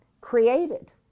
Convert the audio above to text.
created